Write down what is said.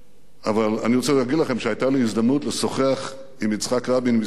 אבל אני רוצה להגיד לכם שהיתה לי הזדמנות לשוחח עם יצחק רבין מספר פעמים